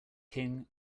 king